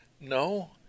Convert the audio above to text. No